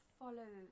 follow